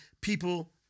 people